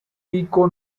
pico